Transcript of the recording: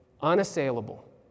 unassailable